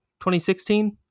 2016